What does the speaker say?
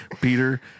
Peter